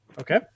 Okay